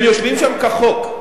הם יושבים שם כחוק,